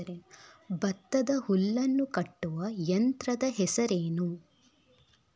ಭತ್ತದ ಹುಲ್ಲನ್ನು ಕಟ್ಟುವ ಯಂತ್ರದ ಹೆಸರೇನು?